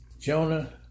Jonah